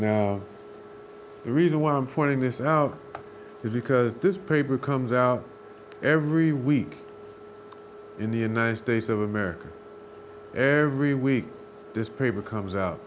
and the reason why i'm forming this out is because this paper comes out every week in the united states of america every week this paper comes out